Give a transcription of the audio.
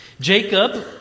Jacob